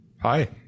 Hi